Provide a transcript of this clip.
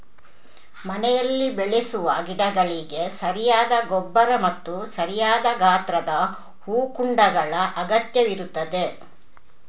ಮನೆಯಲ್ಲಿ ಬೆಳೆಸುವ ಗಿಡಗಳಿಗೆ ಸರಿಯಾದ ಗೊಬ್ಬರ ಮತ್ತು ಸರಿಯಾದ ಗಾತ್ರದ ಹೂಕುಂಡಗಳ ಅಗತ್ಯವಿರುತ್ತದೆ